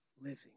living